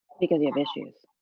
because you have issues.